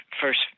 first